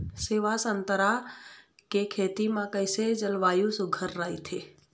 सेवा संतरा के खेती बर कइसे जलवायु सुघ्घर राईथे?